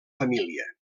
família